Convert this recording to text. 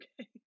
okay